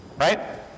Right